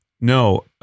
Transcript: no